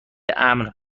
امن